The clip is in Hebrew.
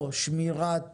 או שמירת